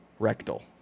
Rectal